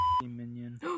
minion